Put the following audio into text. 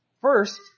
First